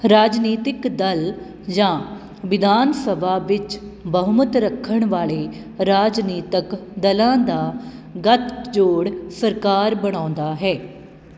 ਰਾਜਨੀਤਕ ਦਲ ਜਾਂ ਵਿਧਾਨ ਸਭਾ ਵਿੱਚ ਬਹੁਮਤ ਰੱਖਣ ਵਾਲੇ ਰਾਜਨੀਤਕ ਦਲਾਂ ਦਾ ਗੱਠਜੋੜ ਸਰਕਾਰ ਬਣਾਉਂਦਾ ਹੈ